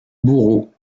bourreau